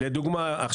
לדוגמה,